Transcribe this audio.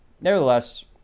nevertheless